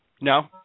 No